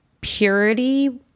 purity